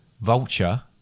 vulture